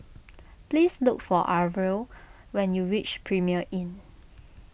please look for Arvil when you reach Premier Inn